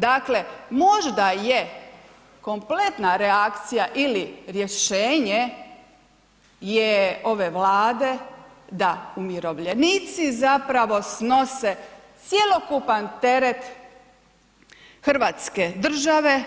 Dakle, možda je kompletna reakcija ili rješenje je ove Vlade da umirovljenici zapravo snose cjelokupan teret Hrvatske države